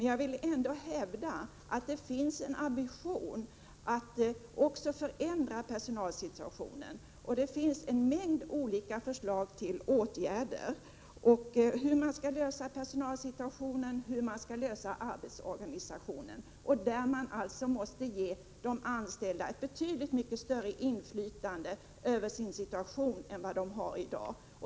Jag vill ändå hävda att det finns en ambition att förändra personalsituationen, och det har kommit en mängd olika förslag till åtgärder i fråga om arbetsorganisationen. De anställda måste ges ett betydligt större inflytande över sin situation än de har i dag.